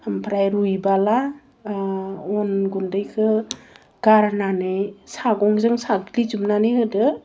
आमफ्राइ रुबाला अन गुन्दैखौ गारनानै सागंजों साग्लिजोबनानै होदो